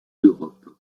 d’europe